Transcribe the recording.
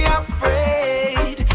afraid